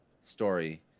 story